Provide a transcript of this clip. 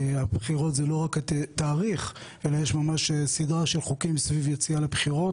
הבחירות זה לא רק תאריך אלא יש ממש סדרה של חוקים סביב יציאה לבחירות.